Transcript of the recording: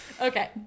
okay